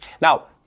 Now